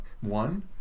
one